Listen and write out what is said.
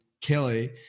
Kelly